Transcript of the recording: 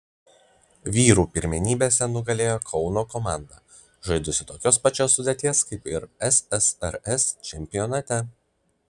vyrų pirmenybėse nugalėjo kauno komanda žaidusi tokios pačios sudėties kaip ir ssrs čempionate